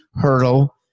hurdle